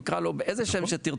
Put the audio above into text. נקרא לו באיזה שם שתרצו,